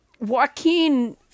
Joaquin